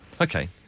okay